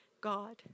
God